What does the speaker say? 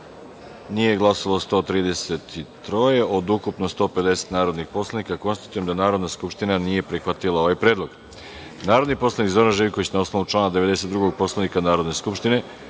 nije glasalo 130 od ukupno 147 narodnih poslanika. Konstatujem da Narodna skupština nije prihvatila ovaj predlog. Narodni poslanik Marko Đurišić, na osnovu člana 92. Poslovnika Narodne skupštine,